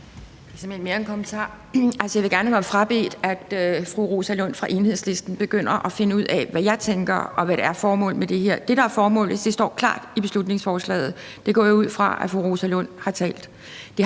Jeg vil gerne have mig frabedt, at fru Rosa Lund fra Enhedslisten begynder at finde ud af, hvad jeg tænker, og hvad der er formålet med det her. Det, der er formålet, står klart i beslutningsforslaget, og jeg går ud fra, at fru Rosa Lund har læst